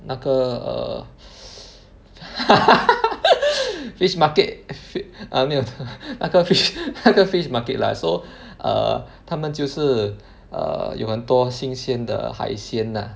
那个 err fish market uh 没有那个 fish 那个 fish market lah so err 他们就是 err 有很多新鲜的海鲜 lah